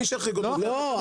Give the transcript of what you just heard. מי שהחריג אותו --- לא,